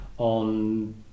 On